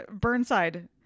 Burnside